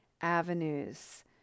avenues